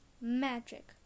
Magic